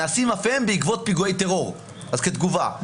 נעשים אף הם בעקבות פיגועי טרור אז כתגובה.